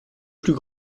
plus